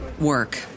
work